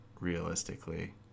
Realistically